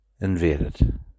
invaded